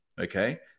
okay